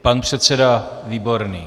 Pan předseda Výborný.